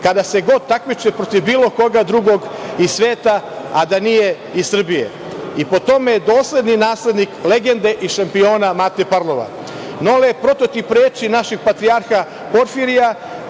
kada se god takmiče protiv bilo koga drugog iz sveta, a da nije iz Srbije. I po tome je dosledni naslednik legende šampiona Mate Parlova. Nole je prototip reči našeg Patrijarha Porfirija,